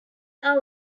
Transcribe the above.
are